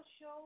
Show